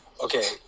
Okay